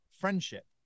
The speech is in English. friendship